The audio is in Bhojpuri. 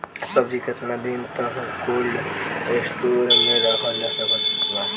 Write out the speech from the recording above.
सब्जी केतना दिन तक कोल्ड स्टोर मे रखल जा सकत बा?